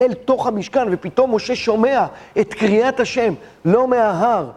אל תוך המשכן ופתאום משה שומע את קריאת השם לא מההר